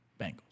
Bengals